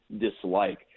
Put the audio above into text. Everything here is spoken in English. dislike